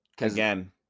Again